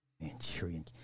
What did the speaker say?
Manchurian